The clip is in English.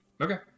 Okay